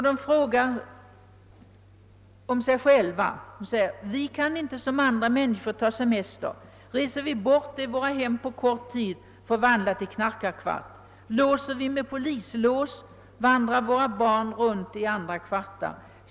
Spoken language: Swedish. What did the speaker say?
De säger själva: »Vi kan inte som andra människor ta semester, ty reser vi bort, är vårt hem på kort tid förvandlat till knarkarkvart, låser vi med polislås, vandrar våra barn runt i andra kvartar.